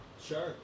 Sure